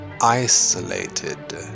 isolated